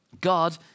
God